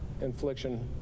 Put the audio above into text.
infliction